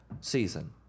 season